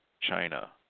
China